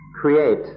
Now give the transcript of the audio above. create